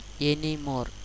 anymore